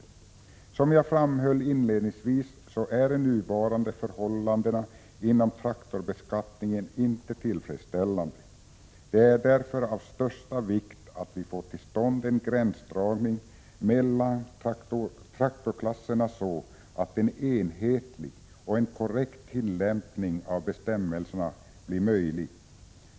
10 december 1986 Som jag framhöll inledningsvis är de nuvarande förhållandena när det gäller traktorbeskattningen inte tillfredsställande. Det är därför av största vikt att vi får till stånd en gränsdragning mellan traktorklasserna så att en enhetlig och korrekt tillämpning av bestämmelserna blir möjlig.